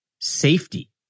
safety